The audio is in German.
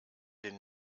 den